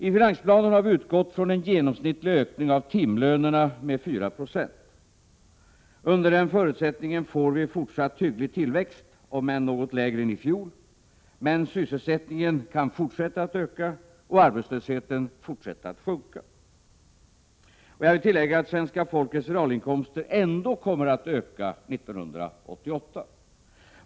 I finansplanen har vi utgått från en genomsnittlig ökning av timlönerna med 4 96. Under den förutsättningen får vi fortsatt hygglig tillväxt om än något lägre än i fjol. Dessutom kan sysselsättningen fortsätta att öka och arbetslösheten fortsätta att sjunka. Jag vill tillägga att svenska folkets realinkomster ändå kommer att öka 1988.